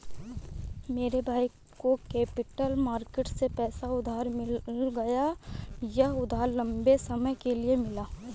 मेरे भाई को कैपिटल मार्केट से पैसा उधार मिल गया यह उधार लम्बे समय के लिए मिला है